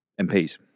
MPs